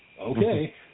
Okay